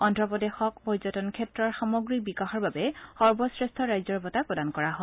অজ্ঞ প্ৰদেশক পৰ্যটন ক্ষেত্ৰৰ সামগ্ৰিক বিকাশৰ বাবে সৰ্বশ্ৰেষ্ঠ ৰাজ্য বঁটা প্ৰদান কৰা হয়